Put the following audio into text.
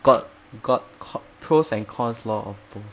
got got co~ pros and cons lor all those